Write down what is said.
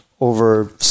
over